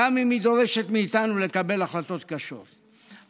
גם אם היא דורשת מאיתנו לקבל החלטות קשות.